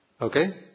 Okay